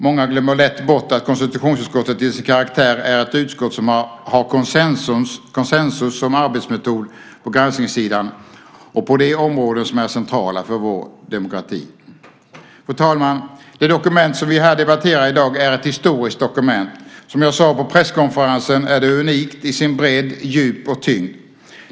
Många glömmer lätt bort att KU till sin karaktär är ett utskott som har konsensus som arbetsmetod på granskningssidan och på de områden som är centrala för vår demokrati. Fru talman! Det dokument vi debatterar här i dag är ett historiskt dokument. Som jag sade på presskonferensen är det unikt i sin bredd, sitt djup och sin tyngd.